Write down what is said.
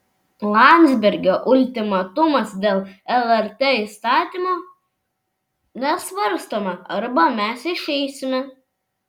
landsbergio ultimatumas dėl lrt įstatymo nesvarstome arba mes išeisime